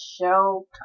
show